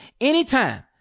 anytime